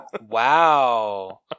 Wow